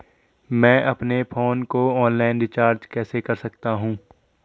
मैं अपने फोन को ऑनलाइन रीचार्ज कैसे कर सकता हूं?